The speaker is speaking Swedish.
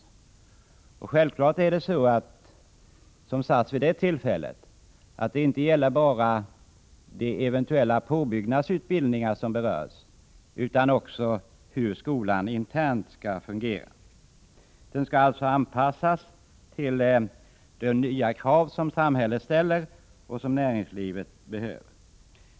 Såsom uttalades i samband med beslutet är det här inte bara fråga om eventuella påbyggnadsutbildningar, utan det handlar också om hur skolan internt skall fungera. Den skall alltså anpassas till de nya krav som samhället och näringslivet ställer.